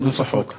נוספות.